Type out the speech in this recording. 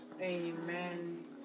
Amen